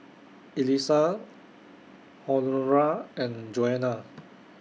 Elissa Honora and Joana